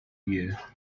year